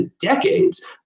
decades